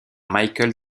mikael